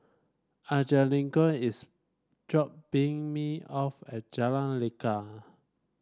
Angelique is dropping me off at Jalan Lekar